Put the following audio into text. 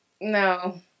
No